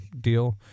deal